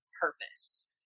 purpose